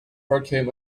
arcade